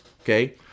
Okay